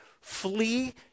flee